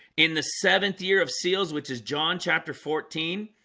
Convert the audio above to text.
in the seventh year of seals, which is john chapter fourteen